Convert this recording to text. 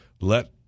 let